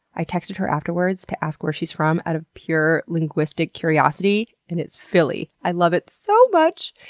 i texted her afterward to ask where she's from, out of pure linguistic curiosity and it's, philly. i love it so much!